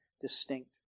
distinct